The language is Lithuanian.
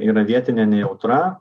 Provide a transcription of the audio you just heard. yra vietinė nejautra